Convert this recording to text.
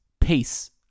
Peace